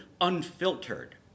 unfiltered